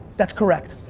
that's correct.